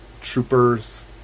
Troopers